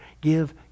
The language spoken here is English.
Give